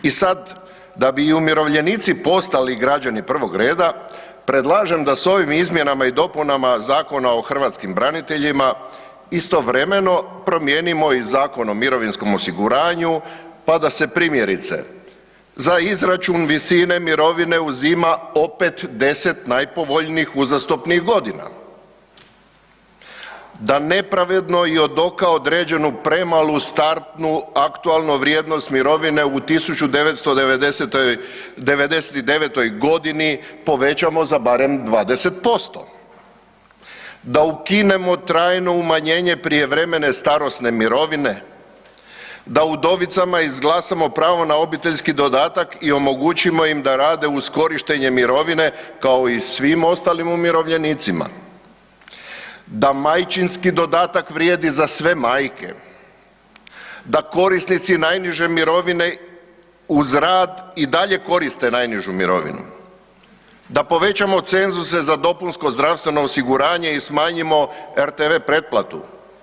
I sad da bi umirovljenici postali građani prvog reda, predlažem da s ovim izmjenama i dopunama Zakona o hrvatskim braniteljima istovremeno promijenimo i Zakon o mirovinskom osiguranju pa da se primjerice, za izračun visine mirovine uzima opet 10 najpovoljnijih uzastopnih godina, da nepravedno i od oka određenu premalu startnu aktualnu vrijednosti mirovine u 1999. g. povećamo za barem 20%, da ukinemo trajno umanjenje prijevremene starosne mirovine, da udovicama izglasamo pravo na obiteljski dodatak i omogućimo im da rade uz korištenje mirovine, kao i svim ostalim umirovljenicima, da majčinski dodatak vrijedi za sve majke, da korisnici najniže mirovine uz rad i dalje koriste najnižu mirovinu, da povećamo cenzuse za dopunsko zdravstveno osiguranje i smanjimo RTV pretplatu.